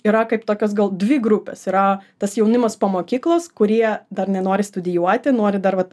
yra kaip tokios gal dvi grupės yra tas jaunimas po mokyklos kurie dar nenori studijuoti nori dar vat